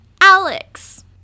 Alex